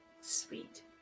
Sweet